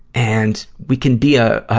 and, we can be a, ah